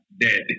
dead